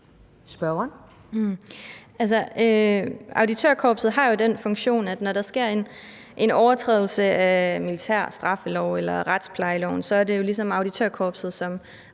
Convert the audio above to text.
Auditørkorpset har jo den funktion, at når der sker en overtrædelse af militær straffelov eller retsplejeloven, er det ligesom auditørkorpset, som